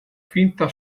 finta